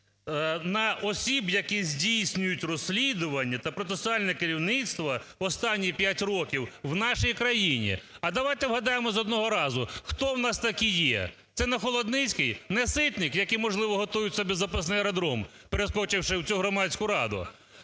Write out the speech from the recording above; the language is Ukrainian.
на осіб, які здійснюють розслідування та процесуальне керівництво в останні п'ять років в нашій країні. А давайте вгадаємо з одного разу, хто у нас такий є? Це не Холодницький, не Ситник, які, можливо, готують собі запасний аеродром, перескочивши в цю громадську раду.